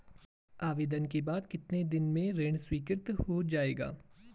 आवेदन के बाद कितने दिन में ऋण स्वीकृत हो जाएगा?